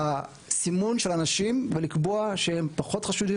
הסימון של אנשים והקביעה שהם פחות חשודים